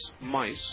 mice